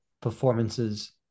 performances